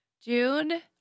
June